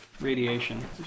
radiation